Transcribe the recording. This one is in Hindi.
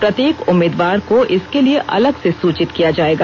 प्रत्येक उम्मीदवार को इसके लिए अलग से सुचित किया जाएगा